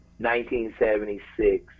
1976